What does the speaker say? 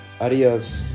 Adios